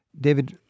David